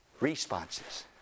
responses